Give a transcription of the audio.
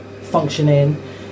functioning